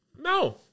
No